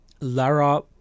Lara